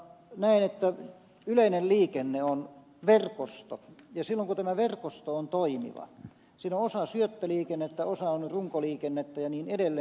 näen että yleinen liikenne on verkosto ja silloin kun tämä verkosto on toimiva siinä on osa syöttöliikennettä osa on runkoliikennettä ja niin edelleen